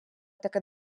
таке